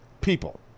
People